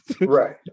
Right